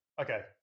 okay